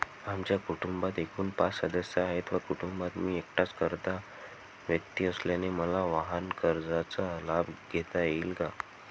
आमच्या कुटुंबात एकूण पाच सदस्य आहेत व कुटुंबात मी एकटाच कर्ता व्यक्ती असल्याने मला वाहनकर्जाचा लाभ घेता येईल का?